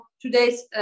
today's